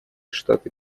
штаты